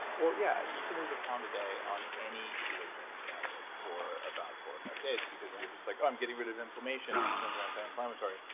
well yeah you can lose a pound a day on any ketogenic diet for about four or five days because you're just like, oh, i'm getting rid of inflammation. ketones are antiinflammatory,